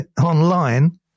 online